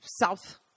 south